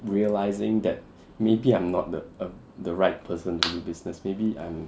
realising that maybe I'm not the err the right person to do business maybe I'm